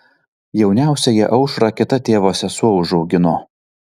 jauniausiąją aušrą kita tėvo sesuo užaugino